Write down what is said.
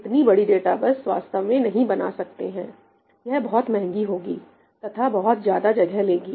इतनी बड़ी डाटा बस वास्तव में नहीं बना सकते हैं यह बहुत महंगी होंगी तथा बहुत ज्यादा जगह लेंगी